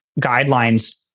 guidelines